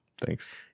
thanks